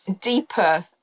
deeper